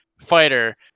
fighter